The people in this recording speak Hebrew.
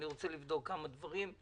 אני רוצה לבדוק כמה דברים,